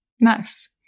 Nice